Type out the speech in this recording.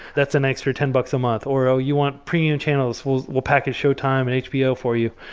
that's an extra ten bucks a month, or oh! you want premium channels. we'll we'll package showtime and hbo for you.